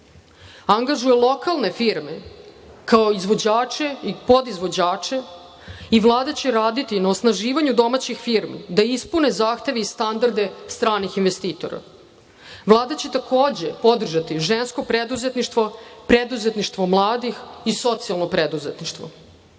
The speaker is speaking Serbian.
angažuje lokalne firme kao izvođače i podizvođače. Vlada će raditi na osnaživanju domaćih firmi da ispune zahteve i standarde stranih investitora. Vlada će takođe podržati žensko preduzetništvo, preduzetništvo mladih i socijalno preduzetništvo. Srbija